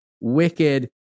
wicked